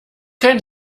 kein